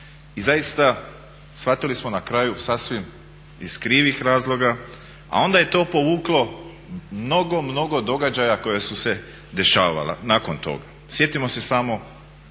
i zaista shvatili smo na kraju sasvim iz krivih razloga, a onda je to povuklo mnogo, mnogo događaja koji su dešavali nakon toga. Sjetimo se samo